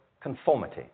conformity